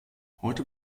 heute